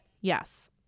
yes